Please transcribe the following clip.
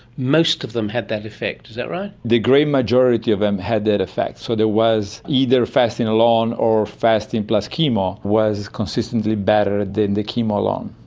most of them had that effect, is that right? the great majority of them had that effect. so there was either fasting alone or fasting plus chemo was consistently better than the chemo alone.